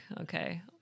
Okay